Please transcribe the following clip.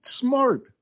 Smart